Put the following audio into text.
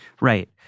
Right